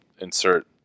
insert